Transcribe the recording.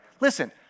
Listen